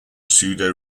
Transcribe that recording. pseudo